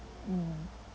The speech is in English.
mm